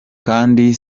kandi